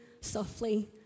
softly